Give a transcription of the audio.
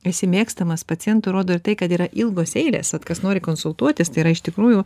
esi mėgstamas pacientų rodo ir tai kad yra ilgos eilės vat kas nori konsultuotis tai yra iš tikrųjų